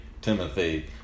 Timothy